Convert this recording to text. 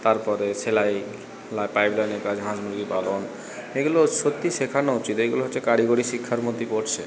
তারপরে সেলাই পাইপ লাইনের কাজ হাঁস মুরগি পালন এগুলো সত্যিই শেখানো উচিত এইগুলো হচ্ছে কারিগরি শিক্ষার মধ্যেই পড়ছে